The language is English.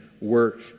work